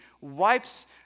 wipes